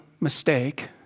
mistake